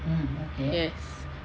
yes